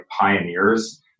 pioneers